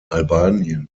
albanien